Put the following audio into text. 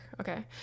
Okay